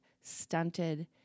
stunted